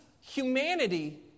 humanity